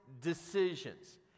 decisions